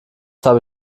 habe